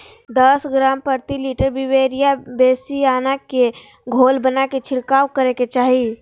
दस ग्राम प्रति litre beauveria bassiana के घोल बनाके छिड़काव करे के चाही